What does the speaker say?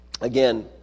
Again